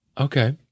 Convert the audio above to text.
Okay